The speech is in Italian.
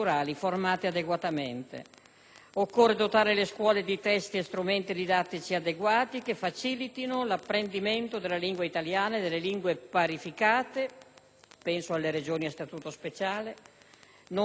Occorre dotare le scuole di testi e strumenti didattici adeguati che facilitino l'apprendimento della lingua italiana e delle lingue parificate - penso alle Regioni a statuto speciale - nonché l'interculturalità.